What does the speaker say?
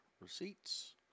receipts